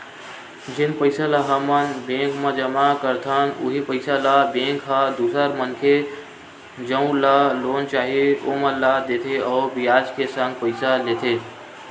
जेन पइसा ल हमन बेंक म जमा करथन उहीं पइसा ल बेंक ह दूसर मनखे जउन ल लोन चाही ओमन ला देथे अउ बियाज के संग पइसा लेथे